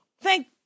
thank